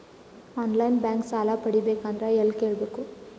On line bank ಸಾಲ ಪಡಿಬೇಕಂದರ ಎಲ್ಲ ಕೇಳಬೇಕು?